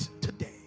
today